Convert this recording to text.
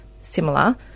similar